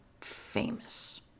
famous